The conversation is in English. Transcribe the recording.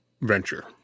venture